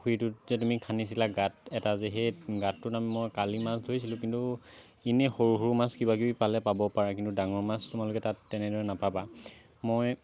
পুখুৰীটোত যে তুমি খানিছিলা গাঁত এটা যে সেই গাঁতটোতে মই কালি মাছ ধৰিছিলো কিন্তু ইনেই সৰু সৰু মাছ কিবা কিবি পালে পাব পাৰা কিন্তু ডাঙৰ মাছ তোমালোকে তাত তেনেদৰে নাপাবা মই